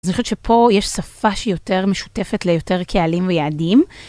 אני חושבת שפה שיותר משותפת ליותר קהלים ויעדים.